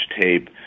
tape